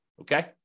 Okay